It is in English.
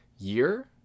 year